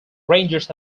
rangers